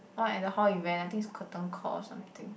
what at the hall event I think it's curtain call or something